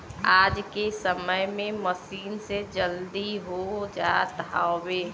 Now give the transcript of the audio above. आज के समय में मसीन से जल्दी हो जात हउवे